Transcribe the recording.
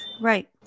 Right